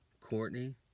Courtney